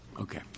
Okay